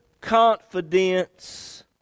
confidence